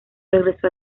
regresó